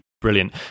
brilliant